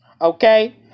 Okay